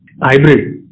Hybrid